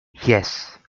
yes